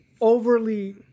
overly